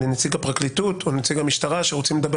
לנציג הפרקליטות או לנציג המשטרה שרוצים לדבר